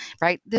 right